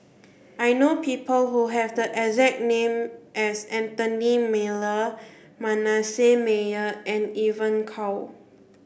I know people who have the exact name as Anthony Miller Manasseh Meyer and Evon Kow